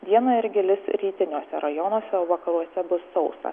dieną irgi lis rytiniuose rajonuose vakaruose bus sausa